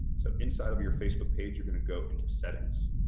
so inside of your facebook page, you're going to go into settings.